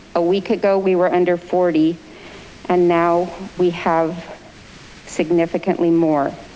a week ago we were under forty and now we have significantly more.